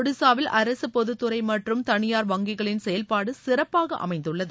ஒடிசாவில் அரசு பொது துறை மற்றும் தனியார் வங்கிகளின் செயல்பாடு சிறப்பாக அமைந்துள்ளது